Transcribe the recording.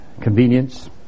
convenience